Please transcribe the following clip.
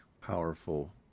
powerful